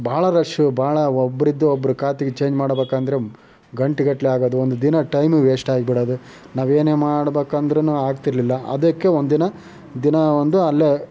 ಬಹಳ ರಶ್ಶು ಬಹಳ ಒಬ್ರಿಂದು ಒಬ್ರ ಖಾತೆಗೆ ಚೇಂಜ್ ಮಾಡ್ಬೇಕೆಂದ್ರೆ ಗಂಟೆಗಟ್ಲೆ ಆಗೋದು ಒಂದು ದಿನ ಟೈಮು ವೇಶ್ಟಾಗ್ಬಿಡೋದು ನಾವು ಏನೇ ಮಾಡ್ಬೇಕಂದ್ರೂನು ಆಗ್ತಿರ್ಲಿಲ್ಲ ಅದಕ್ಕೇ ಒಂದಿನ ದಿನ ಒಂದು ಅಲ್ಲೇ